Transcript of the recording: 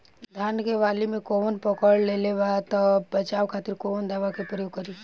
धान के वाली में कवक पकड़ लेले बा बचाव खातिर कोवन दावा के प्रयोग करी?